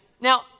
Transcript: now